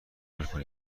بدون